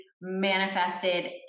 manifested